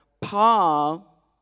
Paul